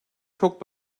çok